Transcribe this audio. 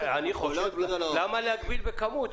למה להגביל בכמות?